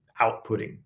outputting